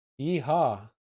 yeehaw